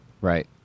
Right